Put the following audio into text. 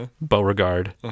Beauregard